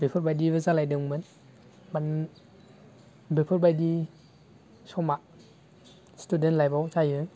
बेफोरबायदिबो जालायदोंमोन बा बेफोरबायदि समा स्टुडेन्त लाइफआव जायो